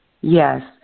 Yes